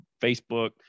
Facebook